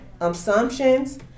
Assumptions